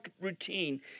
routine